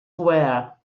were